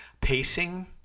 pacing